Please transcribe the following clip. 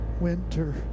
winter